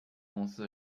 公司